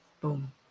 Boom